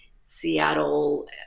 Seattle